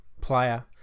player